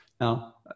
now